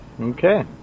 Okay